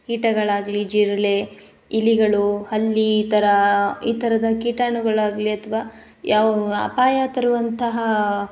ಕೀಟಗಳಾಗಲಿ ಜಿರಳೆ ಇಲಿಗಳು ಹಲ್ಲಿ ಈ ಥರ ಈ ಥರದ ಕೀಟಾಣುಗಳಾಗಲಿ ಅಥ್ವಾ ಯಾವ ಅಪಾಯ ತರುವಂತಹ